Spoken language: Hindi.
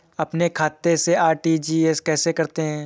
अपने खाते से आर.टी.जी.एस कैसे करते हैं?